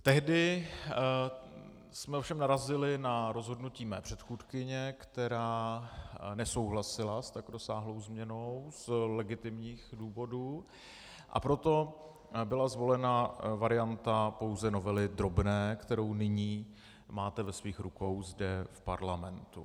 Tehdy jsme ovšem narazili na rozhodnutí mé předchůdkyně, která nesouhlasila s tak rozsáhlou změnou z legitimních důvodů, a proto byla zvolena varianta pouze novely drobné, kterou nyní máte ve svých rukou zde v parlamentu.